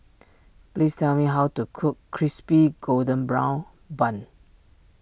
please tell me how to cook Crispy Golden Brown Bun